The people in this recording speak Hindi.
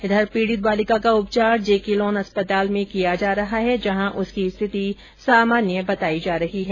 इधर पीड़ित बालिका का उपचार जेके लोन अस्पताल में किया जा रहा है जहां उसकी स्थिति सामान्य बताई जा रही है